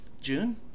June